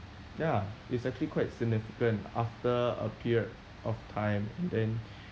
ya it's actually quite significant after a period of time then